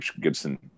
Gibson